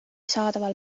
saadaval